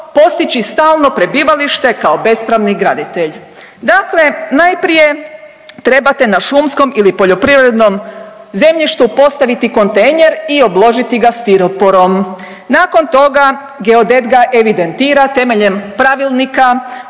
postići stalno prebivalište kao bespravni graditelj. Dakle, najprije trebate na šumskom ili poljoprivrednom zemljištu postaviti kontejner i obložiti ga stiroporom, nakon toga geodet ga evidentira temeljem pravilnika